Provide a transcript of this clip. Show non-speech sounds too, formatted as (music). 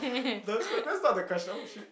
don't (laughs) that's not the question oh shit